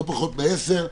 לא פחות מעשר,